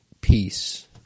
peace